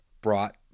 Brought